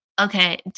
Okay